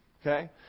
Okay